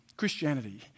Christianity